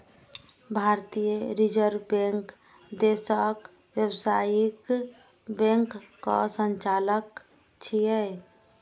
भारतीय reserve bank देशक व्यावसायिक बैंकक संचालक छियै